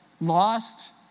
lost